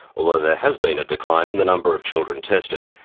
although there has been a decline in the number of children tested.